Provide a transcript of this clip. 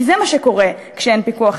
כי זה מה שקורה כשאין פיקוח.